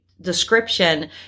description